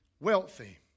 wealthy